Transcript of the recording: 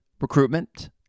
recruitment